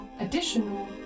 additional